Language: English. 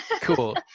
Cool